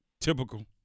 Typical